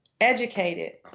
educated